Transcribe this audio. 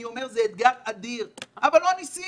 זה אתגר אדיר אבל לא ניסינו,